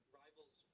rivals